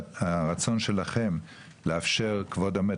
רק שלוקח זמן להכשיר רופאים משפטיים.